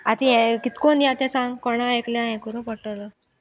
आतां हें कितकोन या तें सांग कोणा एकयल्या हें करूं पडटलो